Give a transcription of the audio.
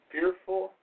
Fearful